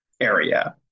area